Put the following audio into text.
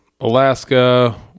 Alaska